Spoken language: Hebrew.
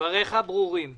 אוקיי, דבריך ברורים.